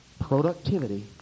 productivity